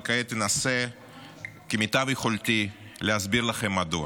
וכעת אנסה כמיטב יכולתי להסביר לכם מדוע.